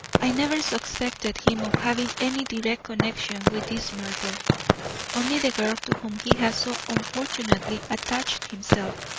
i never suspected him of having any direct connection with this murder only the girl to whom he has so unfortunately attached himself.